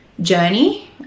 journey